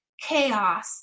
chaos